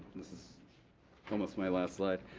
this is almost my last slide.